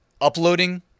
Uploading